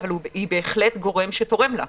אבל היא בהחלט גורם שתורם לה.